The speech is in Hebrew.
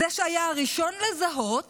זה שהיה הראשון לזהות